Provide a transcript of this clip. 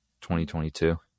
2022